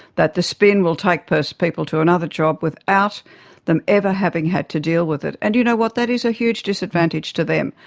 that the spin will take those people to another job without them ever having had to deal with it. and, you know what, that is a huge disadvantage to them.